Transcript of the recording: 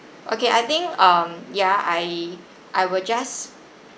okay I think um ya I I will just